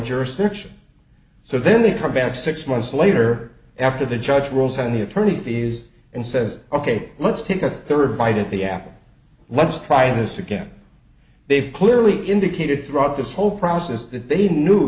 jurisdiction so then they come back six months later after the judge rules on the attorney fees and says ok let's take a third bite at the apple let's try this again they've clearly indicated throughout this whole process that they knew